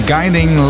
Guiding